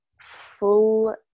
full